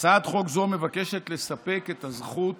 הצעת חוק זו מבקשת לספק את הזכות